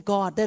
God